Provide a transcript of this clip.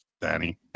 danny